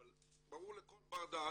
אבל ברור לכל בר דעת